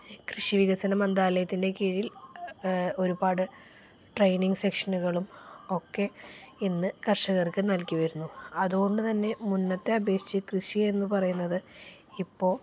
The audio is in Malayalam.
കൃഷി വികസന മന്ത്രാലയത്തിൻ്റെ കീഴിൽ ഒരുപാട് ട്രെയിനിങ് സെഷനുകളുമൊക്കെ ഇന്ന് കർഷകർക്ക് നൽകിവരുന്നു അതുകൊണ്ട് തന്നെ മുമ്പത്തെ അപേക്ഷിച്ച് കൃഷിയെന്ന് പറയുന്നത് ഇപ്പോള്